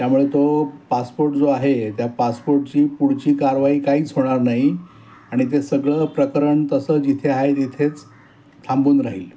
त्यामुळे तो पासपोर्ट जो आहे त्या पासपोर्टची पुढची कारवाई काहीच होणार नाही आणि ते सगळं प्रकरण तसं जिथे आहे तिथेच थांबून राहील